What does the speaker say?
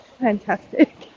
fantastic